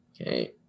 Okay